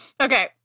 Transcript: Okay